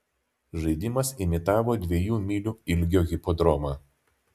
žaidimas imitavo dviejų mylių ilgio hipodromą